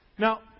Now